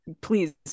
please